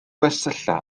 gwersylla